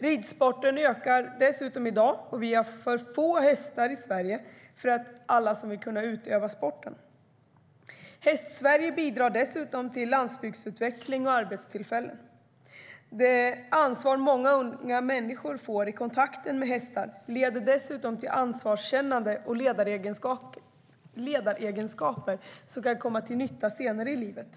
Ridsporten ökar dessutom, och vi har för få hästar i Sverige för att alla som vill ska kunna utöva sporten. Hästsverige bidrar dessutom till landsbygdsutveckling och arbetstillfällen. Det ansvar som många unga människor får vid kontakt med hästar leder dessutom till ansvarskännande och ledaregenskaper som kan komma till nytta senare i livet.